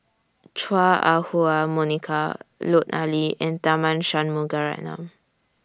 Chua Ah Huwa Monica Lut Ali and Tharman Shanmugaratnam